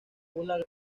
una